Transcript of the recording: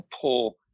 pull